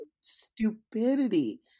stupidity